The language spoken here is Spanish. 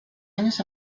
años